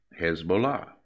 Hezbollah